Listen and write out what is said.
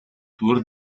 tour